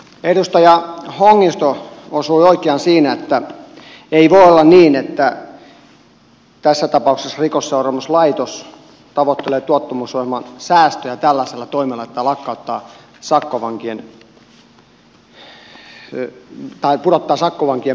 edustaja hongisto osui oikeaan siinä että ei voi olla niin että tässä tapauksessa rikosseuraamuslaitos tavoittelee tuottavuusohjelman säästöjä tällaisella toiminnalla että pudottaa sakkovankien määrää tällä keinolla